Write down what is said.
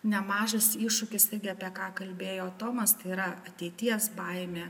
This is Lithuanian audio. nemažas iššūkis tai gi apie ką kalbėjo tomas tai yra ateities baimė